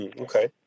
Okay